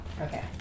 Okay